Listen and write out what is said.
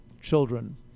children